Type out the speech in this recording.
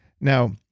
Now